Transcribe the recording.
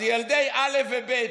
אז ילדי א' וב',